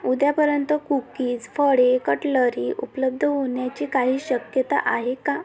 उद्यापर्यंत कुकीज फळे कटलरी उपलब्ध होण्याची काही शक्यता आहे का